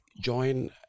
join